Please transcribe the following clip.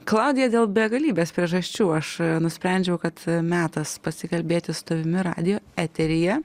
klaudija dėl begalybės priežasčių aš nusprendžiau kad metas pasikalbėti su tavimi radijo eteryje